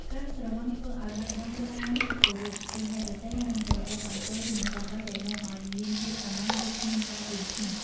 ការស្រវឹងធ្វើឱ្យមនុស្សបាត់បង់ការគោរពពីអ្នកដទៃ និងប្រព្រឹត្តអំពើមិនគប្បីដែលនាំឱ្យមានភាពអាម៉ាស់ ឬគ្មានការអៀនខ្មាស។